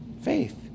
Faith